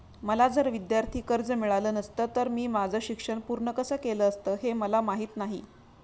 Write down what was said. मला जर विद्यार्थी कर्ज मिळालं नसतं तर मी माझं शिक्षण पूर्ण कसं केलं असतं, हे मला माहीत नाही